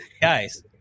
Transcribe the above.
guys